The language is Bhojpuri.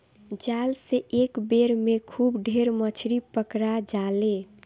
जाल से एक बेर में खूब ढेर मछरी पकड़ा जाले